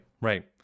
right